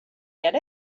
get